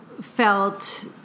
felt